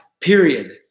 period